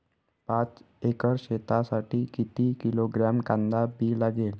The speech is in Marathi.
पाच एकर शेतासाठी किती किलोग्रॅम कांदा बी लागेल?